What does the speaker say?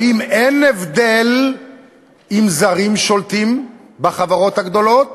האם אין הבדל אם זרים שולטים בחברות הגדולות